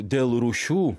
dėl rūšių